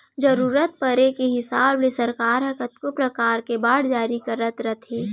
जरूरत परे के हिसाब ले सरकार ह कतको परकार के बांड जारी करत रथे